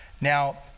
Now